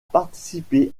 participé